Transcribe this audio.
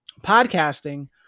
podcasting